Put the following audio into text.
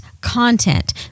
content